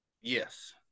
Yes